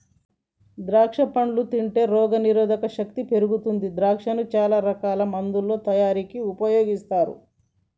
ద్రాక్షా పండ్లు తింటే రోగ నిరోధక శక్తి పెరుగుతుంది ద్రాక్షను చాల రకాల మందుల తయారీకి ఉపయోగిస్తుంటారు